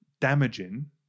damaging